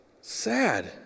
Sad